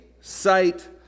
sight